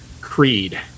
creed